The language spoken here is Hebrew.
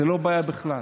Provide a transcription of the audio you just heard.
זאת לא בעיה בכלל,